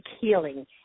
healing